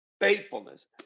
faithfulness